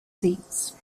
seats